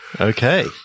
Okay